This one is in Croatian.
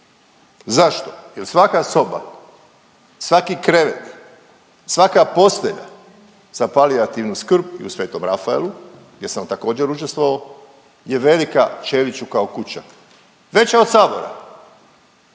Zašto? Jel svaka soba, svaki krevet, svaka postelja za palijativnu skrb i u Svetom Rafaelu jer sam također učestvovao je velika Ćeliću kao kuća, veća od Sabora.